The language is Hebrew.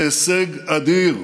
זה הישג אדיר,